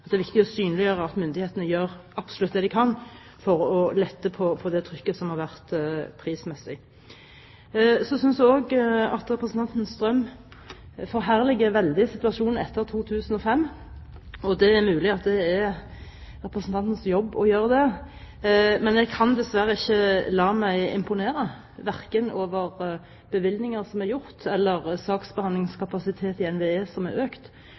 Midt-Norge. Det er viktig å synliggjøre at myndighetene gjør absolutt det de kan for å lette på det trykket som har vært prismessig. Så synes jeg også at representanten Strøm forherliger veldig situasjonen etter 2005. Det er mulig at det er representantens jobb å gjøre det, men jeg kan dessverre ikke la meg imponere verken over bevilgninger som er gjort, eller saksbehandlingskapasitet i NVE som er økt,